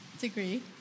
degree